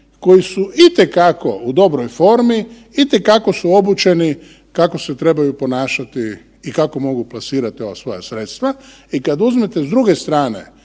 koji su itekako u dobroj formi, itekako su obučeni kako se trebaju ponašati i kako mogu plasirati ova svoja sredstva. I kad uzmete s druge strane